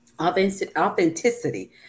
Authenticity